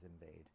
invade